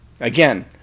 Again